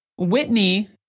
Whitney